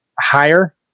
higher